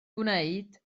gwneud